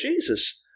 Jesus